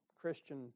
Christian